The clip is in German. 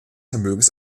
vermögens